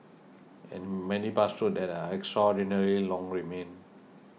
and many bus routes that are extraordinarily long remain